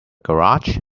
garage